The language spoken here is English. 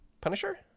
Punisher